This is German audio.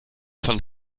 von